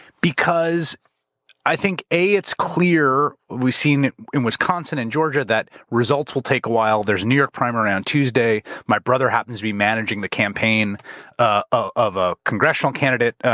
because i think, a, it's clear, we've seen it in wisconsin and georgia that results will take a while. there's new york primary on tuesday. my brother happens to be managing the campaign of a congressional candidate,